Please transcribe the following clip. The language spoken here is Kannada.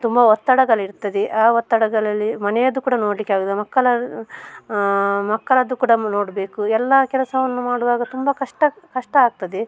ತುಂಬ ಒತ್ತಡಗಳಿರ್ತದೆ ಆ ಒತ್ತಡಗಳಲ್ಲಿ ಮನೆಯದ್ದು ಕೂಡ ನೋಡಲಿಕ್ಕೆ ಆಗುವುದಿಲ್ಲ ಮಕ್ಕಳ ಮಕ್ಕಳದ್ದು ಕೂಡ ನೋಡಬೇಕು ಎಲ್ಲ ಕೆಲಸವನ್ನು ಮಾಡುವಾಗ ತುಂಬ ಕಷ್ಟ ಕಷ್ಟ ಆಗ್ತದೆ